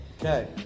Okay